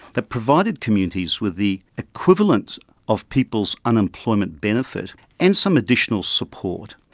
that provided communities with the equivalent of people's unemployment benefit and some additional support,